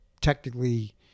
technically